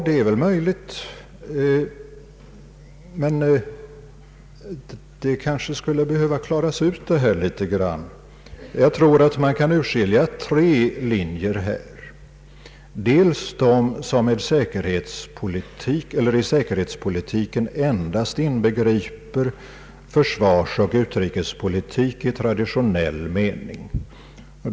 Det är väl möjligt, men detta kanske skulle behöva klaras ut litet grand. Jag tror att man kan urskilja tre linjer här. Först är det de som i säkerhetspolitiken endast inbegriper försvarsoch utrikespolitik i traditionell mening.